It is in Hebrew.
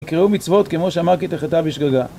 קראו מצוות, כמו שאמר כי תחטא בשגגה